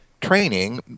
training